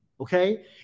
Okay